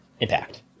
Impact